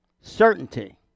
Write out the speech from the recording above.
Certainty